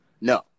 No